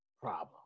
problem